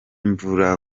mvura